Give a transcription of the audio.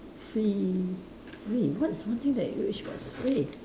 free free what is one thing that you wish was free